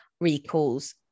recalls